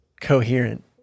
coherent